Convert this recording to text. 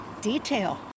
detail